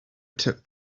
took